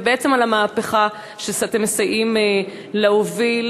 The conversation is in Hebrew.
ובעצם על המהפכה שאתם מסייעים להוביל,